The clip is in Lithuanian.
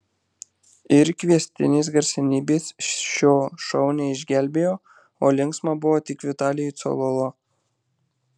ir kviestinės garsenybės šio šou neišgelbėjo o linksma buvo tik vitalijui cololo